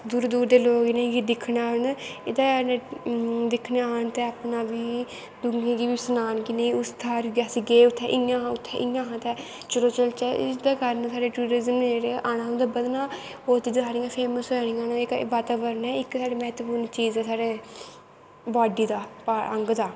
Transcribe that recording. दूर दूर दे लोग उइनें दिक्खनें गी आन इत्थैं दिक्खनें आन ते अपना बी दुनियां गी बी सनान कि अस उत्थें गे हे उत्थें इयां हा इयां हा चलो चलचै एह्दै कारन साढ़ा डूरिज़म डेह्ड़ा आना उंदा बदना बौह्त चीजां फेमस ऐं जेह्ड़ियां बाताबरन ऐ इक साढ़ा मह्त्वपूर्ण चीज़ ऐ साढ़े बाड्डी दा अंग दा